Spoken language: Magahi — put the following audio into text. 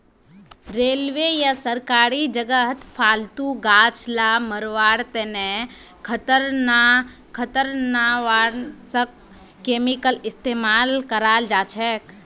रेलवे या सरकारी जगहत फालतू गाछ ला मरवार तने खरपतवारनाशक केमिकल इस्तेमाल कराल जाछेक